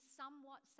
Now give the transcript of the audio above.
somewhat